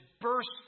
burst